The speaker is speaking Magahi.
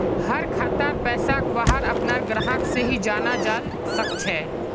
हर खातार पैसाक वहार अपनार ग्राहक से ही जाना जाल सकछे